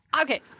Okay